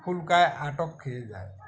ফুলকায় আটক খেয়ে যায়